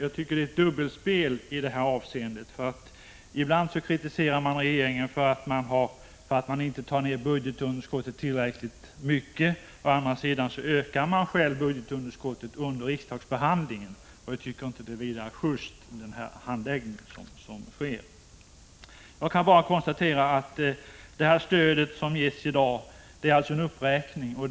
Det bedrivs ett dubbelspel i detta avseende —å ena sidan kritiserar man ibland regeringen för att den inte tar ned budgetunderskottet tillräckligt mycket, å andra sidan ökar man själv budgetunderskottet under riksdagsbehandlingen. Jag tycker inte att det är vidare just. Jag kan bara konstatera att det sker en uppräkning av det stöd som i dag ges.